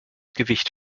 gewicht